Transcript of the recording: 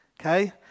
Okay